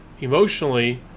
emotionally